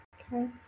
Okay